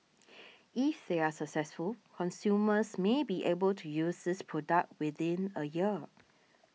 is they are successful consumers may be able to use this product within a year